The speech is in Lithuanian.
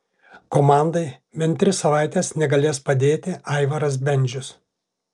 komandai bent tris savaites negalės padėti aivaras bendžius